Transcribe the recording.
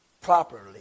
properly